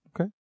Okay